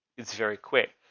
it's very quick.